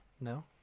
No